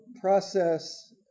process